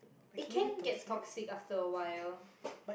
it can get toxic after a while